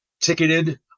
ticketed